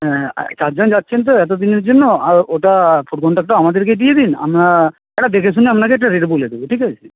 হ্যাঁ চারজন যাচ্ছেন তো এতদিনের জন্য আর ওটা ফুড কন্ট্রাক্টটাও আমাদেরকেই দিয়ে দিন আমরা একটা দেখেশুনে আপনাকে একটা রেট বলে দেব ঠিক আছে